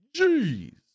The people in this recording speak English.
Jeez